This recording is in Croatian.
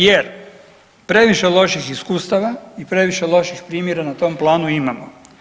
Jer previše loših iskustava i previše loših primjera na tom planu imamo.